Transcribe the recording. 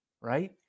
right